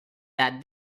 that